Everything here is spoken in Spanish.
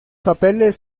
papeles